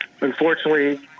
unfortunately